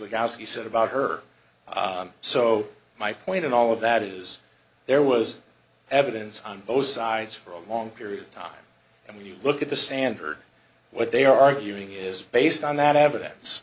like as he said about her so my point in all of that is there was evidence on both sides for a long period of time and when you look at the standard what they are arguing is based on that evidence